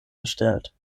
erstellt